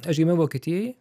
aš gimiau vokietijoj